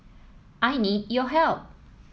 I need your help